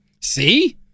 See